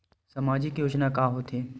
सामाजिक योजना का होथे?